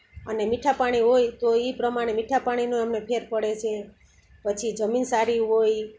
અને મીઠા પાણી હોય તો ઇ પ્રમાણે મીઠા પાણીનો એમને ફેર પડે સે પછી જમીન સારી હોય